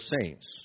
saints